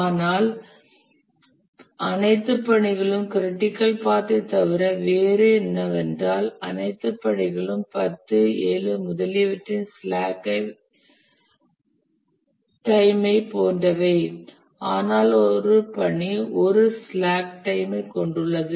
ஆனால் அனைத்து பணிகளும் க்ரிட்டிக்கல் பாத் ஐ தவிர வேறு என்னவென்றால் அனைத்து பணிகளும் 10 7 முதலியவற்றின் ஸ்லாக் டைம் ஐ போன்றவை ஆனால் ஒரு பணி 1 ஸ்லாக் டைம் ஐ கொண்டுள்ளது